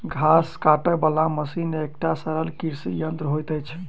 घास काटय बला मशीन एकटा सरल कृषि यंत्र होइत अछि